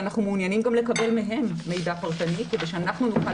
ואנחנו מעוניינים גם לקבל מהם מידע פרטני כדי שאנחנו נוכל